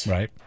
Right